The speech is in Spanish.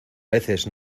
veces